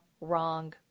wrong